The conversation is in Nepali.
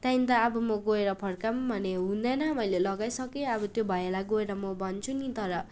त्यान् त आबो मो गोएर फर्काम् भने हुँदैन मैले लगाइसके आबो त्यो भैयालाई गोएर मो भन्छु नि तर